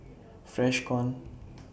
Freshkon